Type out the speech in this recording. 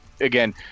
again